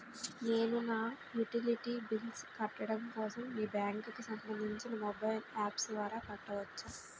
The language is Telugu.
నేను నా యుటిలిటీ బిల్ల్స్ కట్టడం కోసం మీ బ్యాంక్ కి సంబందించిన మొబైల్ అప్స్ ద్వారా కట్టవచ్చా?